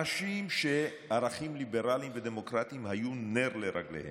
אנשים שערכים ליברליים ודמוקרטיים היו נר לרגליהם,